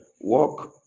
Walk